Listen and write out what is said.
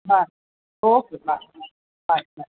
हां okay bye bye bye